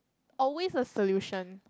always a solution